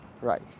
right